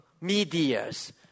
medias